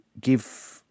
give